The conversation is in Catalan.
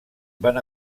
van